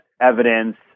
evidence